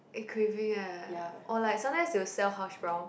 eh craving eh or like sometimes they will sell hashbrowns